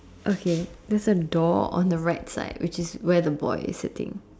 okay there's a dog on the right side which is where the boy is sitting